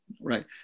Right